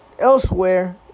Elsewhere